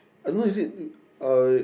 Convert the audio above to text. I know you said uh